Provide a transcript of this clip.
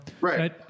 right